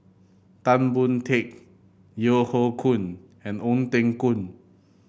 Tan Boon Teik Yeo Hoe Koon and Ong Teng Koon